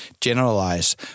generalize